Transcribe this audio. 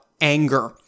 anger